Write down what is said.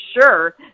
sure